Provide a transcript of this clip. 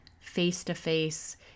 face-to-face